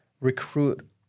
recruit